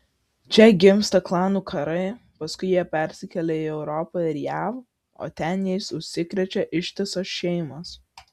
čia gimsta klanų karai paskui jie persikelia į europą ir jav o ten jais užsikrečia ištisos šeimos